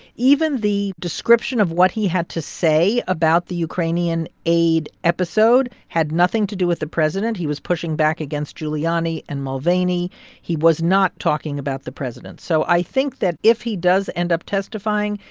even the description of what he had to say about the ukrainian aid episode had nothing to do with the president. he was pushing back against giuliani and mulvaney he was not talking about the president. so i think that if he does end up testifying,